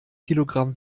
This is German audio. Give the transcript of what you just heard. kilogramm